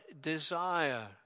desire